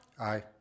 Aye